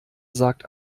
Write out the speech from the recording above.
sagt